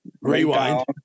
Rewind